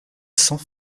sans